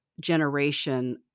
generation